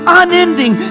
unending